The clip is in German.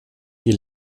die